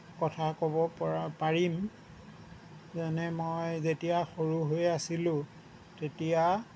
কথা ক'ব পৰা পাৰিম যেনে মই যেতিয়া সৰু হৈ আছিলোঁ তেতিয়া